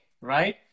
right